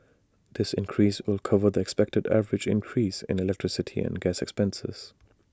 this increase will cover the expected average increase in electricity and gas expenses